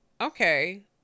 okay